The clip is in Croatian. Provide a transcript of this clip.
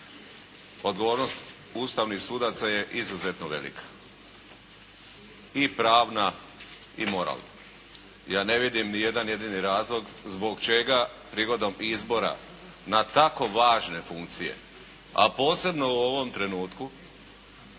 Odgovornost ustavnih sudaca je izuzetno velik. I pravna i moralna. Ja ne vidim ni jedan jedini razlog zbog čega prigodom izbora na tako važne funkcije, a posebno u ovom trenutku